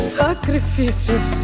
sacrifícios